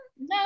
No